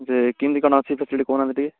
ଯେ କିନ୍ତି କଣ ଅଛି ଫେସିଲିଟି କହୁନାହାଁନ୍ତି ଟିକେ